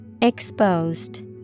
Exposed